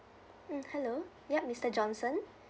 mm hello ya mister johnson